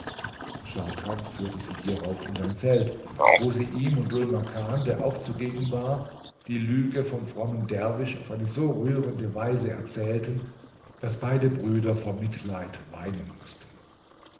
scharkan führte sie hierauf in sein zelt wo sie ihm und dhul makan der auch zugegen war die lüge vom frommen derwisch auf eine so rührende weise erzählten daß beide brüder vor mitleid weinen mußten